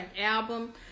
album